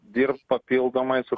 dirbt papildomai su